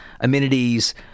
amenities